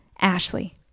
Ashley